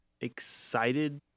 excited